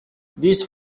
this